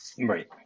Right